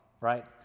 right